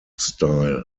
style